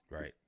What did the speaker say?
Right